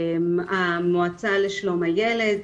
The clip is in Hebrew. המועצה לשלום הילד,